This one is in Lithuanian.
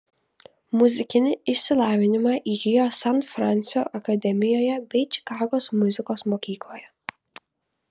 muzikinį išsilavinimą įgijo san fransio akademijoje bei čikagos muzikos mokykloje